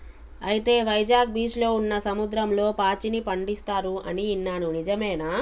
అయితే వైజాగ్ బీచ్లో ఉన్న సముద్రంలో పాచిని పండిస్తారు అని ఇన్నాను నిజమేనా